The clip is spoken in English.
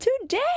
today